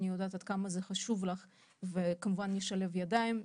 אני יודעת כמה זה חשוב לך וכמובן נשלב ידיים.